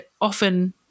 often